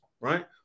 right